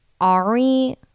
Ari